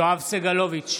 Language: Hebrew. יואב סגלוביץ'